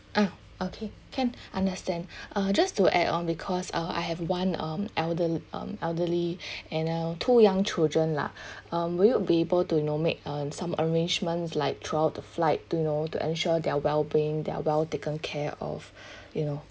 oh okay can understand uh just to add on because uh I have one um elder~ um elderly and uh two young children lah um will you be able to you know make uh some arrangements like throughout the flight to you know to ensure they are well being they are well taken care of you know